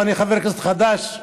ואני חבר כנסת חדש,